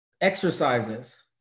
exercises